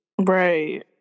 Right